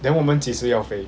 then 我们几时要飞